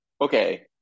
Okay